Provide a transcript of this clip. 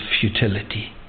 futility